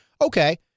okay